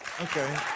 Okay